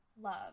love